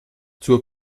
zur